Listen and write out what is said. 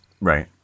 Right